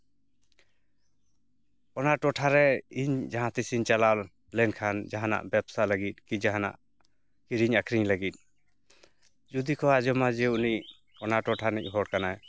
ᱚᱱᱟ ᱴᱚᱴᱷᱟ ᱨᱮ ᱤᱧ ᱡᱟᱦᱟᱸᱛᱤᱥᱤᱧ ᱪᱟᱞᱟᱣ ᱞᱮᱱᱠᱷᱟᱱ ᱡᱟᱦᱟᱱᱟᱜ ᱵᱮᱵᱽᱥᱟ ᱞᱟᱹᱜᱤᱫ ᱠᱤ ᱡᱟᱦᱟᱱᱟᱜ ᱠᱤᱨᱤᱧ ᱟᱹᱠᱷᱨᱤᱧ ᱞᱟᱹᱜᱤᱫ ᱡᱩᱫᱤ ᱠᱚ ᱟᱸᱡᱚᱢᱟ ᱡᱮ ᱩᱱᱤ ᱚᱱᱟ ᱴᱚᱴᱷᱟ ᱨᱤᱱᱤᱡ ᱦᱚᱲ ᱠᱟᱱᱟᱭ